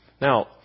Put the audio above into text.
Now